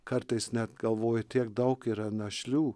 kartais net galvoju tiek daug yra našlių